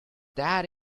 that